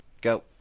Go